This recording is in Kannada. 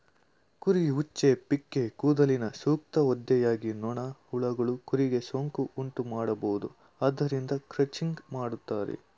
ಕುರಿ ಉಚ್ಚೆ, ಪಿಕ್ಕೇ ಕೂದಲಿನ ಸೂಕ್ತ ಒದ್ದೆಯಾಗಿ ನೊಣ, ಹುಳಗಳು ಕುರಿಗೆ ಸೋಂಕು ಉಂಟುಮಾಡಬೋದು ಆದ್ದರಿಂದ ಕ್ರಚಿಂಗ್ ಮಾಡ್ತರೆ